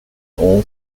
all